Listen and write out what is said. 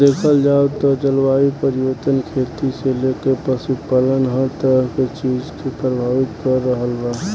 देखल जाव त जलवायु परिवर्तन खेती से लेके पशुपालन हर तरह के चीज के प्रभावित कर रहल बा